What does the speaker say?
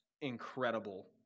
incredible